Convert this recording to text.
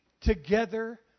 together